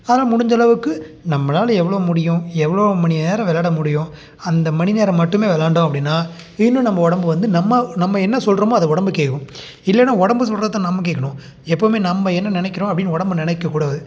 அதனால் முடிஞ்சளவுக்கு நம்மளால் எவ்வளோ முடியும் எவ்வளோ மணி நேரம் விளையாட முடியும் அந்த மணி நேரம் மட்டுமே விளையாண்டோம் அப்படின்னா இன்னும் நம்ம உடம்பு வந்து நம்ம நம்ம என்ன சொல்கிறோமோ அதை உடம்பு கேட்கும் இல்லைன்னா உடம்பு சொல்கிறதான் நம்ம கேட்கணும் எப்போவும் நம்ம என்ன நினைக்கிறோம் அப்படின்னு உடம்பு நினைக்கக்கூடாது